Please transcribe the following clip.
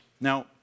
Now